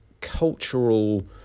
cultural